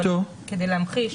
כדי להמחיש,